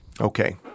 Okay